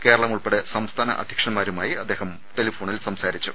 കേരളം ഉൾപ്പെടെ സംസ്ഥാന അധ്യക്ഷന്മാരുമായി അദ്ദേഹം ഫോണിൽ സംസാരിച്ചു